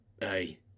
Hey